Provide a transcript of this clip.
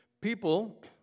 People